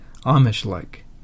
Amish-like